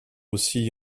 aussi